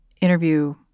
interview